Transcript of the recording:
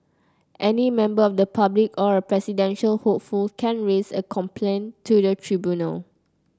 any member of the public or a presidential hopeful can raise a complaint to the tribunal